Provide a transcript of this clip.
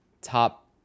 top